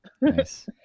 Nice